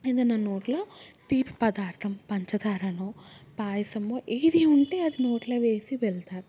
ఏదన్న నోట్లో తీపి పదార్థం పంచదారనో పాయసమో ఏది ఉంటే అది నోట్లో వేసి వెళ్తారు